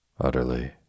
Utterly